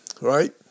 Right